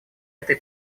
этой